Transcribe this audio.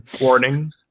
Warning